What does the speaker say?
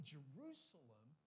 Jerusalem